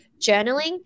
journaling